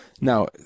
Now